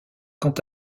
quant